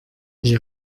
j’ai